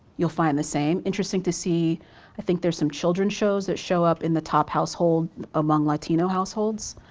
you'll find the same. interesting to see i think there's some children's shows that show up in the top household among latino households.